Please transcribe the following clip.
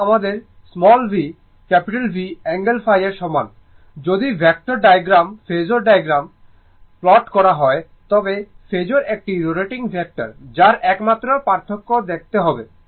এবং আমাদের v V angle ϕ এর সমান যদি ভেক্টর ডায়াগ্রামে ফেজোর ডায়াগ্রাম দেখুন সময় 1535 প্লট করা হয় তবে ফেজোর একটি রোটেটিং ভেক্টর যার একমাত্র পার্থক্য দেখতে হবে